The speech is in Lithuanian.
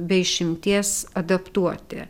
be išimties adaptuoti